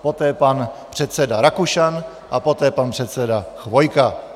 Poté pan předseda Rakušan a poté pan předseda Chvojka.